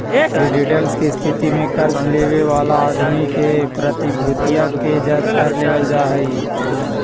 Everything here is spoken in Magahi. क्रेडिटलेस के स्थिति में कर्ज लेवे वाला आदमी के प्रतिभूतिया के जब्त कर लेवल जा हई